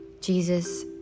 Jesus